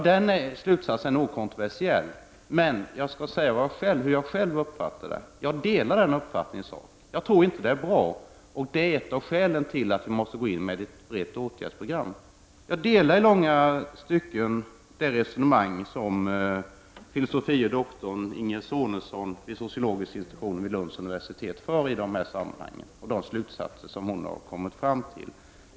Den slutsatsen är okontroversiell. Men jag skall tala om hur jag uppfattar denna slutsats. Jag delar denna uppfattning, därför att jag inte tror att videovåld är bra. Det är ett av skälen till att ett brett åtgärdsprogram måste sättas in. Jag delar i långa stycken det resonemang som fil. dr Inga Sonesson vid sociologiska institutionen vid Lunds universitet för i dessa sammanhang och de slutsatser som hon har kommit fram till.